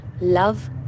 love